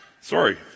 Sorry